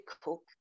cook